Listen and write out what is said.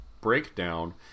breakdown